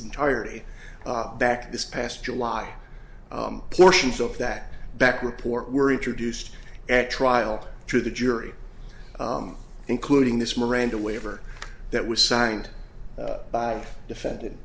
entirety back this past july portions of that back report were introduced at trial to the jury including this miranda waiver that was signed by defend